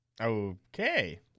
Okay